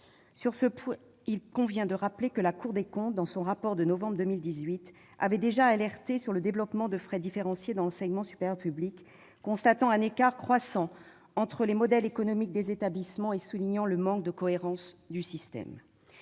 Sur ce point, il convient de rappeler que la Cour des comptes, dans son rapport de novembre 2018, avait déjà alerté sur le développement de frais différenciés dans l'enseignement supérieur public, constatant un « écart croissant entre les modèles économiques des établissements » et soulignant le manque de cohérence du système.